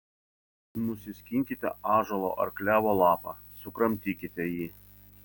nusiskinkite ąžuolo ar klevo lapą sukramtykite jį